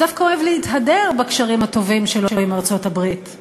שדווקא אוהב להתהדר בקשרים הטובים שלו עם ארצות-הברית,